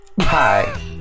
hi